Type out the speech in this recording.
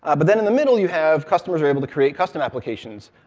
ah but then in the middle you have, customers are able to create custom applications,